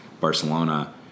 Barcelona